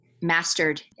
mastered